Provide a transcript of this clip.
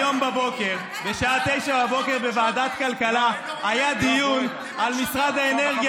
היום בבוקר בשעה 09:00 בוועדת הכלכלה היה דיון על משרד האנרגיה,